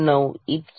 999 इतकी